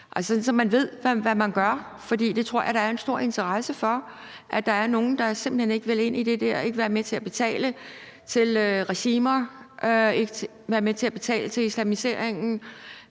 så man ved, hvad man køber, for det tror jeg der er en stor interesse for. Der er nogle, der simpelt hen ikke vil ind i det der, ikke være med til at betale til regimer, ikke være med til at betale til islamiseringen